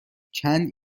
چند